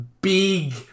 big